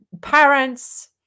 parents